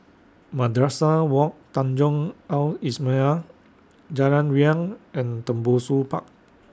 Madrasah Wak Tanjong Al Islamiah Jalan Riang and Tembusu Park